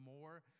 more